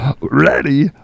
Ready